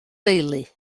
deulu